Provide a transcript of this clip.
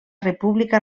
república